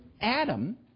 Adam